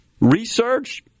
research